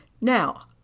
now